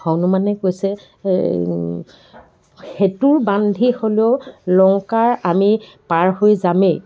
হনুমানে কৈছে সেতু বান্ধি হ'লেও লংকাৰ আমি পাৰ হৈ যামেই